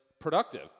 productive